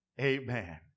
Amen